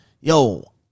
yo